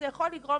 זה יכול לגרום